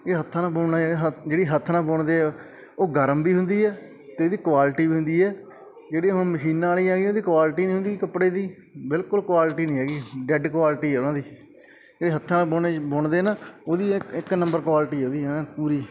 ਇਹ ਹੱਥਾਂ ਨਾਲ ਬੁਣਨਾ ਜਿਹੜਾ ਜਿਹੜੀ ਹੱਥ ਨਾਲ ਬੁਣਦੇ ਆ ਉਹ ਗਰਮ ਵੀ ਹੁੰਦੀ ਹੈ ਅਤੇ ਇਹਦੀ ਕੁਆਲਿਟੀ ਹੁੰਦੀ ਹੈ ਜਿਹੜੀ ਹੁਣ ਮਸ਼ੀਨਾਂ ਵਾਲੀਆਂ ਗਈਆਂ ਉਹਦੀ ਕੁਆਲਿਟੀ ਨਹੀਂ ਹੁੰਦੀ ਕੱਪੜੇ ਦੀ ਬਿਲਕੁਲ ਕੁਆਲਿਟੀ ਨਹੀਂ ਹੈਗੀ ਡੈਡ ਕੁਆਲਿਟੀ ਆ ਉਹਨਾਂ ਦੀ ਜਿਹੜੀ ਹੱਥਾਂ ਨਾਲ ਬੁਣ ਬੁਣਦੇ ਹਾਂ ਨਾ ਉਹਦੀ ਇੱਕ ਇੱਕ ਨੰਬਰ ਕੁਆਲਟੀ ਹੈ ਉਹਦੀ ਐਨ ਪੂਰੀ